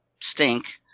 stink